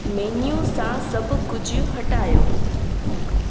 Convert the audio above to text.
menu सां सभु कुझु हटायो